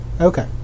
Okay